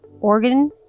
organ